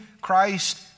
Christ